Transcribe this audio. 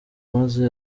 maze